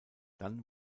dann